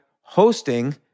hosting